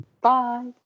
Bye